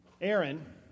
Aaron